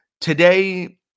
Today